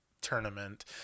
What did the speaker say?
tournament